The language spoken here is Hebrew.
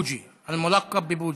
המכונה בוז'י.)